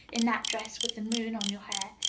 in that dress with the moon on your hair.